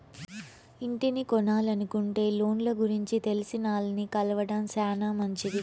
ఇంటిని కొనలనుకుంటే లోన్ల గురించి తెలిసినాల్ని కలవడం శానా మంచిది